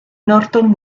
norton